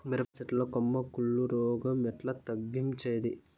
మిరప చెట్ల లో కొమ్మ కుళ్ళు రోగం ఎట్లా తగ్గించేది?